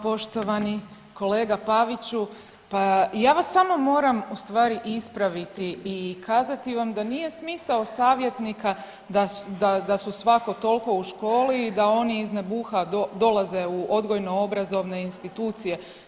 Poštovani kolega Paviću, pa ja vas samo moram ustvari ispraviti i kazati vam da nije smisao savjetnika da su svako toliko u školi i da oni iznebuha dolaze u odgojno-obrazovne institucije.